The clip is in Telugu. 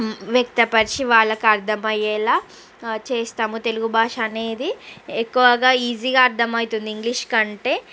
వ్యక్తపరిచి వాళ్ళకు అర్థమయ్యేలా చేస్తాము తెలుగు భాష అనేది ఎక్కువగా ఈజీగా అర్థమవుతుంది ఇంగ్లీష్ కంటే